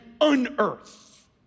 unearth